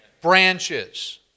branches